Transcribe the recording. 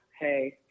Hey